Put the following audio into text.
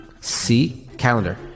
C-Calendar